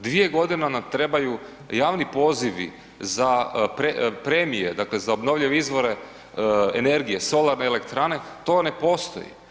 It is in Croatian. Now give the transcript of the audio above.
Dvije godine nam trebaju, javni pozivi za premije, dakle za obnovljive izvore energije, solarne elektrane, to ne postoji.